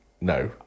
No